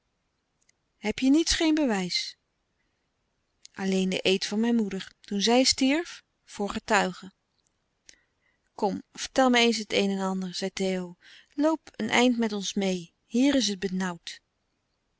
heb je niets geen bewijs alleen de eed van mijn moeder toen zij stierf voor getuigen kom vertel mij eens het een en ander zei theo loop een eind met ons meê hier is het benauwd